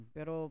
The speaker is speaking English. Pero